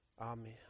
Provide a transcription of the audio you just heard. Amen